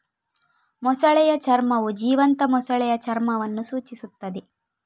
ಮೊಸಳೆಯ ಚರ್ಮವು ಜೀವಂತ ಮೊಸಳೆಯ ಚರ್ಮವನ್ನು ಸೂಚಿಸುತ್ತದೆ